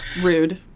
rude